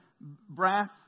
brass